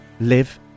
live